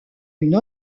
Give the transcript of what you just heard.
une